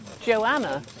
joanna